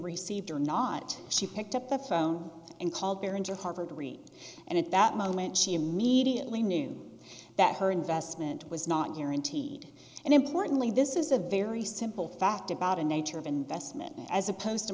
received or not she picked up the phone and called derringer harvard reed and at that moment she immediately knew that her investment was not guaranteed and importantly this is a very simple fact about a nature of investment as opposed to